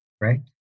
right